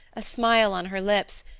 a smile on her lips,